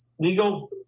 legal